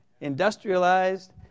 Industrialized